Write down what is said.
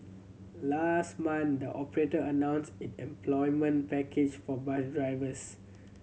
last month the operator announced its employment package for bus drivers